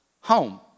home